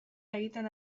egiten